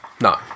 No